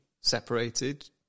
separated